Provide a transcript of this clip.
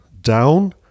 down